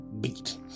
beat